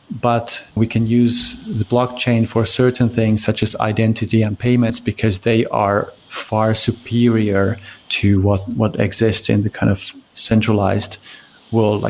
but we can use the blockchain for certain things, such as identity and payments, because they are far superior to what what exists in the kind of centralized world. like